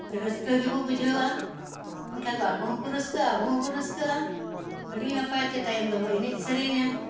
ᱨᱟᱹᱥᱠᱟᱹ ᱜᱮᱵᱚᱱ ᱵᱩᱡᱷᱟᱹᱣᱟ ᱮᱱᱠᱷᱟᱱ ᱫᱚ ᱟᱠᱚ ᱦᱚᱸᱠᱚ ᱨᱟᱹᱥᱠᱟᱹᱜᱼᱟ ᱟᱵᱚ ᱦᱚᱸᱵᱚᱱ ᱨᱟᱹᱥᱠᱟᱹᱜᱼᱟ ᱟᱹᱰᱤ ᱱᱟᱯᱟᱭᱛᱮ ᱛᱟᱭᱚᱢ ᱫᱚᱵᱚᱱ ᱮᱱᱮᱡ ᱥᱮᱨᱮᱧᱟ